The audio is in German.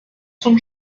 zum